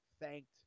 thanked